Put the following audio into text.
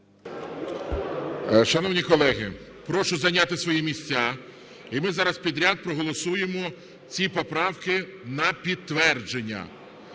Шановні колеги, прошу зайняти свої місця. І ми зараз підряд проголосуємо ці поправки на підтвердження.